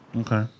Okay